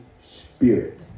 spirit